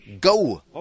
go